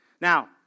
Now